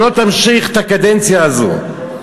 שלא תמשיך את הקדנציה הזאת.